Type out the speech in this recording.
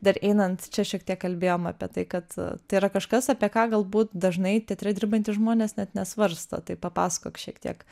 dar einant čia šiek tiek kalbėjom apie tai kad tai yra kažkas apie ką galbūt dažnai teatre dirbantys žmonės net nesvarsto tai papasakok šiek tiek